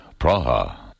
Praha